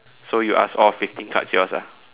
so you ask all fifteen cards yours ah